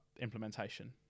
implementation